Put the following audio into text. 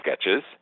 sketches